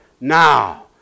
now